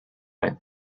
right